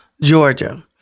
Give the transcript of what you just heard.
Georgia